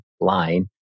Line